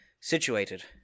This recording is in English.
situated